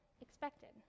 expected